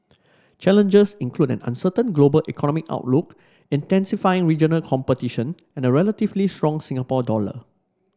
challenges include an uncertain global economic outlook intensifying regional competition and a relatively strong Singapore dollar